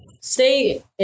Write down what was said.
stay